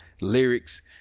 lyrics